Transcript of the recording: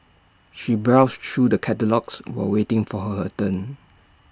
she browsed through the catalogues while waiting for her turn